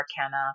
Arcana